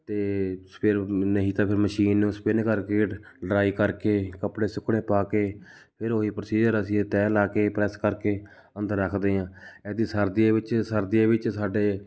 ਅਤੇ ਫਿਰ ਨਹੀਂ ਤਾਂ ਫਿਰ ਮਸ਼ੀਨ ਨੂੰ ਸਪਿੰਨ ਕਰਕੇ ਡ ਡ੍ਰਾਈ ਕਰਕੇ ਕੱਪੜੇ ਸੁੱਕਣੇ ਪਾ ਕੇ ਫਿਰ ਉਹ ਹੀ ਪ੍ਰੋਸੀਜ਼ਰ ਅਸੀਂ ਤਹਿ ਲਾ ਕੇ ਪ੍ਰੈੱਸ ਕਰਕੇ ਅੰਦਰ ਰੱਖਦੇ ਹਾਂ ਐਡੀ ਸਰਦੀਆਂ ਵਿੱਚ ਸਰਦੀਆਂ ਵਿੱਚ ਸਾਡੇ